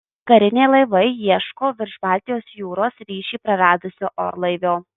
kariniai laivai ieško virš baltijos jūros ryšį praradusio orlaivio